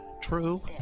True